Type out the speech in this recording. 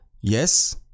Yes